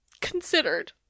considered